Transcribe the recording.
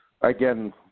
again